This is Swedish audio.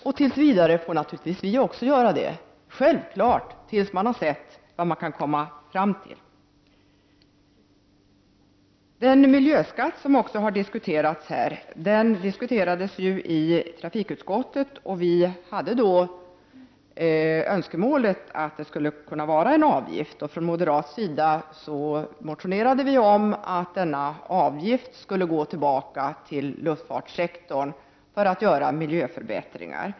Och tills vidare får naturligtvis även vi göra det för att se vad utredningarna kommer fram till. Detta är självklart. Den miljöskatt som har diskuterats har diskuterats även i trafikutskottet. Vi moderater hade då ett önskemål om att det skulle vara en avgift. Vi motionerade om att denna avgift skulle gå tillbaka till luftfartssektorn för miljöförbättringar.